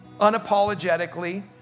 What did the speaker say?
unapologetically